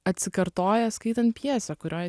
atsikartoja skaitant pjesę kurioj